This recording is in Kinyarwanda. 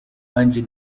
ange